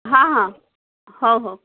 ହଁ ହଁ ହଉ ହଉ